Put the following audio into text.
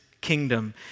kingdom